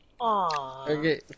okay